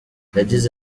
yagize